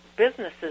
Businesses